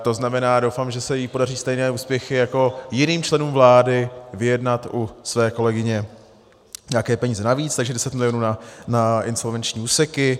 To znamená, doufám, že se jí podaří stejné úspěchy jako jiným členům vlády, vyjednat u své kolegyně nějaké peníze navíc, takže 10 mil. na insolvenční úseky.